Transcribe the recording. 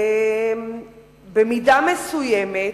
במידה מסוימת